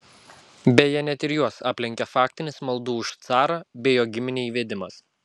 beje net ir juos aplenkė faktinis maldų už carą bei jo giminę įvedimas